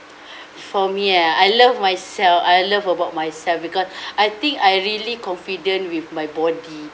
for me ah I love myself I love about myself because I think I really confident with my body